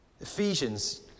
Ephesians